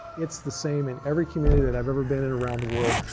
it's the same in every community that i've ever been in around the world.